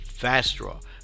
FastDraw